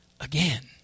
again